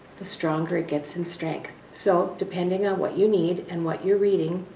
the stronger it gets in strength. so, depending on what you need and what you're reading,